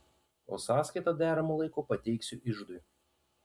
o sąskaitą deramu laiku pateiksiu iždui